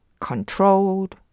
controlled